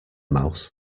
mouse